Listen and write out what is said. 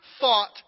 thought